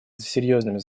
серьезными